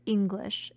English